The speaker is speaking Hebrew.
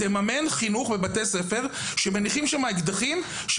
אלא תממן את החינוך בבתי ספר בהם מונחים אקדחים על השולחנות,